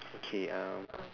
okay um